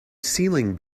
ceiling